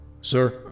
Sir